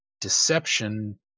deception